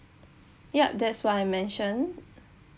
yup that's what I mentioned